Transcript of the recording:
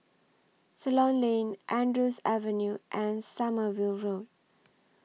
Ceylon Lane Andrews Avenue and Sommerville Road